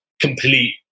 complete